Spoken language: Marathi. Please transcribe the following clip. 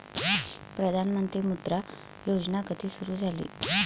प्रधानमंत्री मुद्रा योजना कधी सुरू झाली?